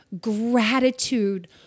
gratitude